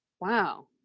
wow